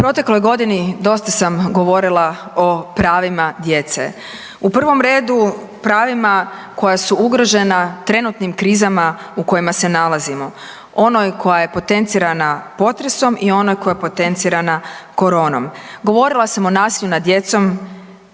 U protekloj godini dosta sam govorila o pravima djece. U prvom redu pravima koja su ugrožena trenutnim krizama u kojima se nalazimo, onoj koja je potencirana potresom i ona koja je potencirana koronom. Govorila sam o nasilju nad djecom,